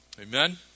amen